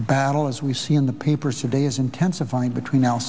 a battle as we see in the papers today is intensifying between al